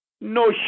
No